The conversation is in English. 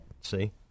See